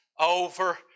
over